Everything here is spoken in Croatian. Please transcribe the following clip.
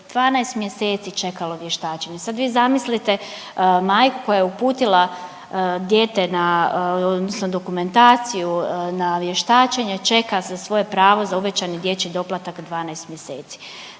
12 mjeseci čekalo vještačenje. I sad vi zamislite majku koja je uputila dijete odnosno dokumentaciju na vještačenje čeka za svoje pravo za uvećani dječji doplatak 12 mjeseci.